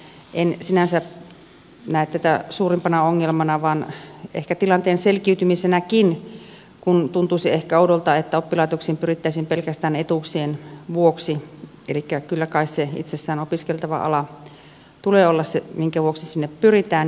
en sinänsä näe tätä suurimpana ongelmana vaan ehkä tilanteen selkiytymisenäkin kun tuntuisi ehkä oudolta että oppilaitokseen pyrittäisiin pelkästään etuuksien vuoksi elikkä kyllä kai itsessään sen opiskeltavan alan tulee olla se minkä vuoksi sinne pyritään